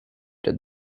did